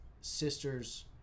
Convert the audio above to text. sisters